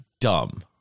dumb